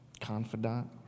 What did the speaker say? confidant